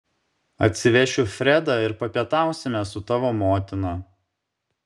atsivešiu fredą ir papietausime su tavo motina